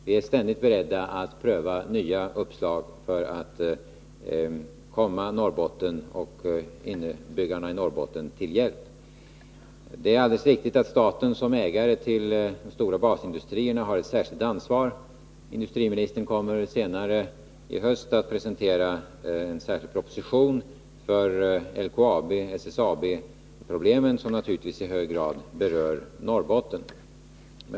Vi är ständigt beredda att pröva nya uppslag för att komma Norrbotten och dess inbyggare till hjälp. Det är alldeles riktigt att staten som ägare till de stora basindustrierna har ett särskilt ansvar. Industriministern kommer senare i höst att presentera en särskild proposition som gäller LKAB-SSAB-problemen, som naturligtvis i hög grad berör Norrbotten.